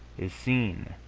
is seen,